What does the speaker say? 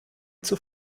zur